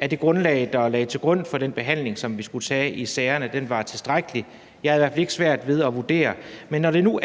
at det grundlag, der var for den behandling, som vi skulle have af sagerne, var tilstrækkeligt. Jeg havde i hvert fald ikke svært ved at vurdere dem. Men når nu